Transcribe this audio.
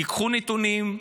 תיקחו נתונים.